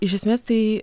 iš esmės tai